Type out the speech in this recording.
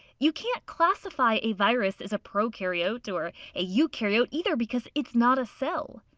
you can't classify a virus as a prokaryote or a eukaryote either because it's not a cell.